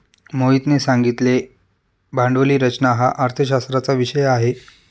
मोहितने सांगितले भांडवली रचना हा अर्थशास्त्राचा विषय आहे